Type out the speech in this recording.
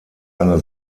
eine